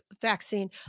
vaccine